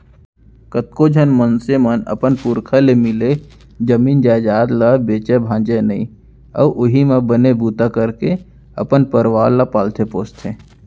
कतको झन मनसे मन अपन पुरखा ले मिले जमीन जयजाद ल बेचय भांजय नइ अउ उहीं म बने बूता करके अपन परवार ल पालथे पोसथे